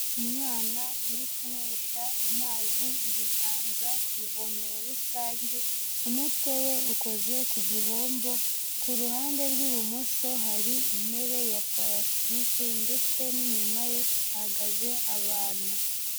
Umwana uri kunywesha amazi ibiganza ku ivomero rusange, umutwe we ukoze ku gihombo, ku ruhande rw'ibumoso hari intebe ya parastike, ndetse n'inyuma ye hahagaze abantu.